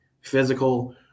physical